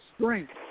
strength